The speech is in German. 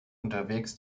unterwegs